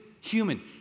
human